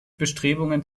bestrebungen